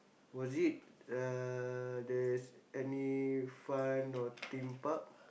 was it uh there's any fun or Theme Park